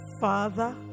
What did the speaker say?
Father